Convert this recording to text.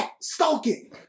stalking